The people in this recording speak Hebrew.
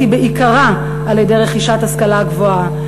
היא בעיקרה על-ידי רכישת השכלה גבוהה,